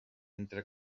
entre